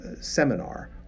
seminar